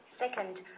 Second